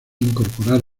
incorporar